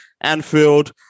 Anfield